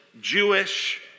Jewish